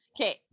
Okay